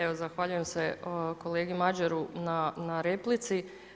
Evo zahvaljujem se kolegi Madjeru na replici.